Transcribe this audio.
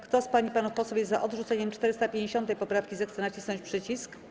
Kto z pań i panów posłów jest za odrzuceniem 450. poprawki, zechce nacisnąć przycisk.